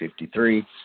53